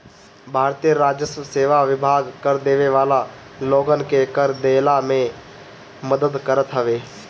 भारतीय राजस्व सेवा विभाग कर देवे वाला लोगन के कर देहला में मदद करत हवे